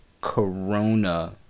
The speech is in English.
Corona